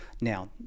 Now